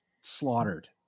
slaughtered